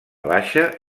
baixa